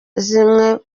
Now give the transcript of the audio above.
zimwe